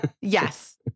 yes